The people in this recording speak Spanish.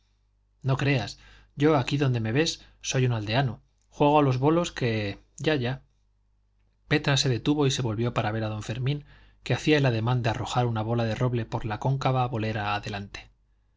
no creas yo aquí donde me ves soy un aldeano juego a los bolos que ya ya petra se detuvo y se volvió para ver a don fermín que hacía el ademán de arrojar una bola de roble por la cóncava bolera adelante